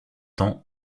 temps